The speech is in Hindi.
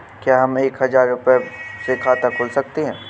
क्या हम एक हजार रुपये से खाता खोल सकते हैं?